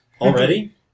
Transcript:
Already